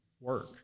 work